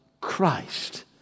Christ